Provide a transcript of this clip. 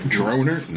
Droner